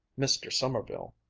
mr. sommerville,